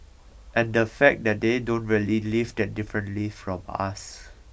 and the fact that they don't really live that differently from us